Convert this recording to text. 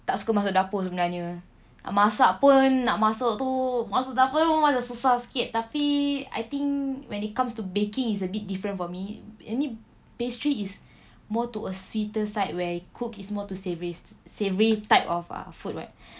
tak suka masuk dapur sebenarnya masak pun nak masuk dapur tu pun macam susah sikit tapi I think when it comes to baking is a bit different for me any pastry is more to a sweeter side where cook is more to savoury savoury type of uh food [what]